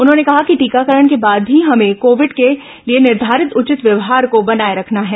उन्होंने कहा कि टीकाकरण के बाद भी हमें कोविड के लिए निर्धारित उचित व्यवहार को बनाए रखना है